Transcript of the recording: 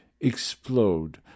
Explode